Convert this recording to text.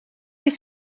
oes